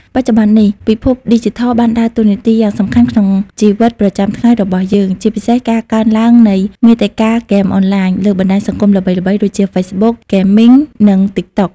បច្ចុប្បន្ននេះ ពិភពឌីជីថលបានដើរតួនាទីយ៉ាងសំខាន់ក្នុងជីវិតប្រចាំថ្ងៃរបស់យើង ជាពិសេសការកើនឡើងនៃ មាតិកាហ្គេមអនឡាញ លើបណ្ដាញសង្គមល្បីៗដូចជា ហ្វេសបុក ហ្គេមីង និង ទីកតុក។